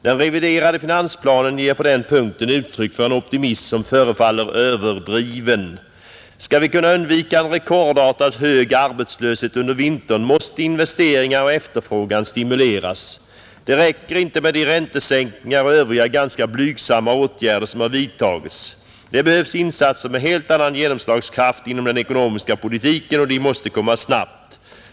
Den reviderade finansplanen ger på den punkten uttryck för en optimism som förefaller överdriven, Ska vi kunna undvika en rekordartat hög arbetslöshet under vintern, måste investeringar och efterfrågan stimuleras. Det räcker inte med de räntesänkningar och övriga ganska blygsamma åtgärder som har vidtagits. Det behövs insatser med helt annan genomslagskraft inom den ekonomiska politiken, och de måste komma snabbt.